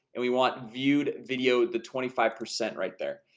and we want viewed video the twenty five percent right there,